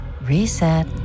Reset